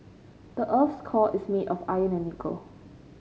the earth's core is made of iron and nickel